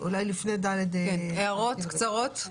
הערות קצרות.